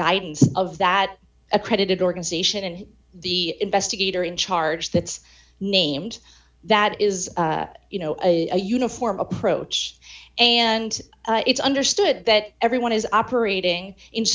guidance of that accredited organization and the investigator in charge that's named that is you know a uniform approach and it's understood that everyone is operating in